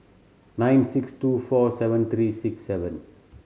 nine six two four seven three six seven